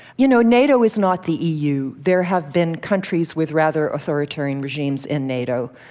you know, nato is not the eu. there have been countries with rather authoritarian regimes in nato.